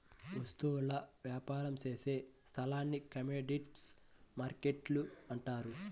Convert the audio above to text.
వస్తువుల వ్యాపారం చేసే స్థలాన్ని కమోడీటీస్ మార్కెట్టు అంటారు